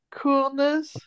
coolness